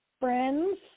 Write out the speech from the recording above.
friends